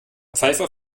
pfeiffer